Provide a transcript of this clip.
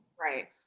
right